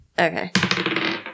Okay